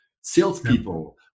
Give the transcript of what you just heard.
salespeople